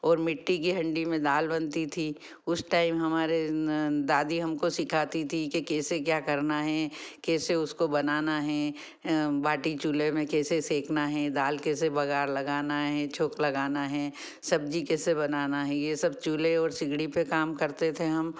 और मिट्टी के हाँडी में दाल बनती थी उस टाइम हमारे दादी हमको सिखाती थी कि कैसे क्या करना है कैसे उसको बनाना हैं बाटी चूल्हे में कैसे सेकना हैं दाल कैसे बगार लगाना हैं छौंक लगाना हैं सब्ज़ी कैसे बनाना है यह सब चूल्हे और सिगड़ी पर काम करते थे हम